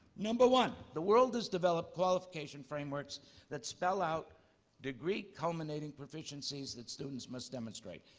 number one the world has developed qualification frameworks that spell out degree-culminating proficiencies that students must demonstrate.